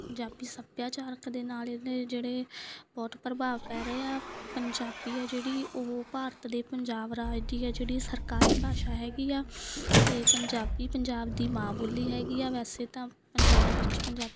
ਪੰਜਾਬੀ ਸੱਭਿਆਚਾਰਕ ਦੇ ਨਾਲ ਇਹਦੇ ਜਿਹੜੇ ਬਹੁਤ ਪ੍ਰਭਾਵ ਪੈ ਰਹੇ ਆ ਪੰਜਾਬੀ ਆ ਜਿਹੜੀ ਉਹ ਭਾਰਤ ਦੇ ਪੰਜਾਬ ਰਾਜ ਦੀ ਹੈ ਜਿਹੜੀ ਸਰਕਾਰੀ ਭਾਸ਼ਾ ਹੈਗੀ ਆ ਅਤੇ ਪੰਜਾਬੀ ਪੰਜਾਬ ਦੀ ਮਾਂ ਬੋਲੀ ਹੈਗੀ ਆ ਵੈਸੇ ਤਾਂ ਪੰਜਾਬ ਵਿੱਚ ਪੰਜਾ